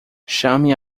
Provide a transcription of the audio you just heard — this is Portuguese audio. chame